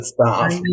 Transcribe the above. staff